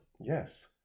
Yes